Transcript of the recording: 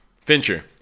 Fincher